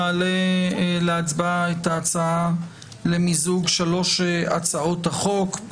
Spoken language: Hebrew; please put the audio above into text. אני מעלה להצבעה את ההצעה למיזוג שלוש הצעות החוק,